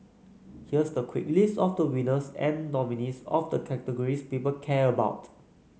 here's the quick list of the winners and nominees of the categories people care about